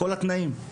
כל התנאים.